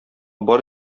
бар